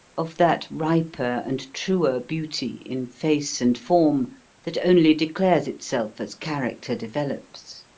of that riper and truer beauty in face and form that only declares itself as character develops.